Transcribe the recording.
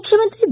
ಮುಖ್ಯಮಂತ್ರಿ ಬಿ